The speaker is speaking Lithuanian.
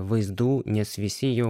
vaizdu nes visi jau